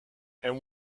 and